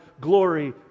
Glory